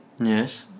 Yes